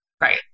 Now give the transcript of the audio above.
Right